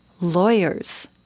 lawyers